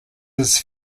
his